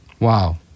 Wow